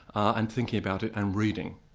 and thinking about it and reading.